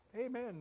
Amen